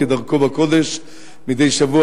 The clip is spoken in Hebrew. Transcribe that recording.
כדרכו בקודש מדי שבוע,